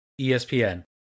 ESPN